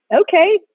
okay